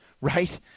right